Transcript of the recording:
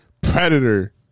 predator